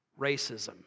racism